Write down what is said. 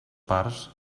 parts